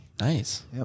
Nice